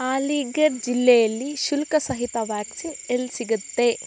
ಅಲೀಘರ್ ಜಿಲ್ಲೆಯಲ್ಲಿ ಶುಲ್ಕಸಹಿತ ವ್ಯಾಕ್ಸಿನ್ ಎಲ್ಲಿ ಸಿಗುತ್ತೆ